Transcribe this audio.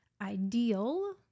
ideal